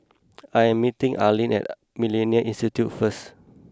I am meeting Arlene at Millennia Institute first